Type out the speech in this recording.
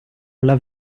alla